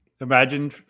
imagine